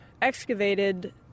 excavated